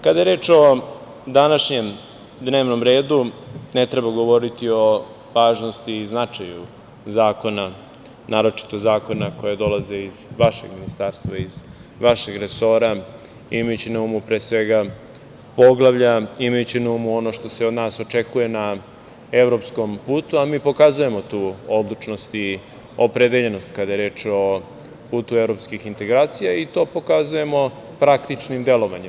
Kada je reč o današnjem dnevnom redu, ne treba govoriti o važnosti i znčaju zakona, naročito zakona koji dolaze iz vašeg ministarstva, iz vašeg resora, imajući na umu pre svega poglavlja, imajući na umu ono što se od nas očekuje na evropskom putu, a mi pokazujemo tu odlučnost i opredeljenost kada je reč o putu evropskih integracija i to pokazujemo praktičnim delovanjem.